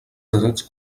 drets